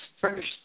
first